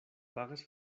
pagas